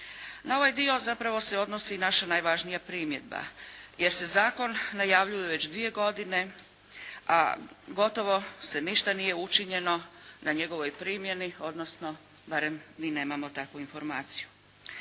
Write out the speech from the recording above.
Na ovaj dio zapravo se odnosi i naša najvažnija primjedba, jer se zakon najavljuje već dvije godine, a gotovo ništa nije učinjeno na njegovoj primjeni, odnosno barem ni nemamo takvu informaciju.